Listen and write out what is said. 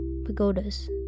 pagodas